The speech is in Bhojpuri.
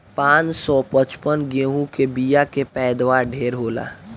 पान सौ पचपन गेंहू के बिया के पैदावार ढेरे होला